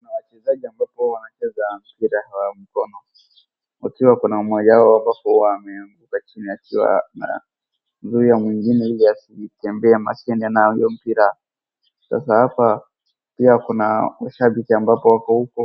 Kuna wachezaji ambapo wanacheza mpira wa mkono. Ukiwa kuna mmoja wao ambapo ameanguka chini akiwa juu ya mwingine ile asitembee na hiyo mpira. Sasa hapa pia kuna washabiki ambapo wako huko.